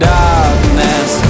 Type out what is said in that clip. darkness